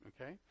okay